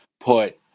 put